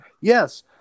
Yes